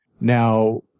Now